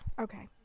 Okay